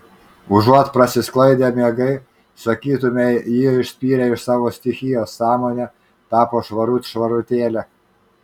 užuot prasisklaidę miegai sakytumei jį išspyrė iš savo stichijos sąmonė tapo švarut švarutėlė